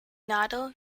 nadel